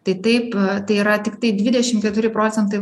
tai taip pat tai yra tiktai dvidešim keturi procentai